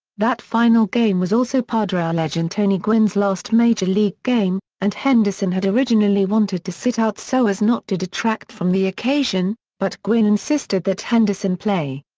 that final game was also padre legend tony gwynn's last major league game, and henderson had originally wanted to sit out so as not to detract from the occasion, but gwynn insisted that henderson play.